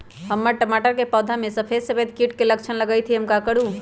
हमर टमाटर के पौधा में सफेद सफेद कीट के लक्षण लगई थई हम का करू?